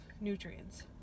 nutrients